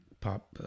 pop